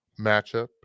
matchup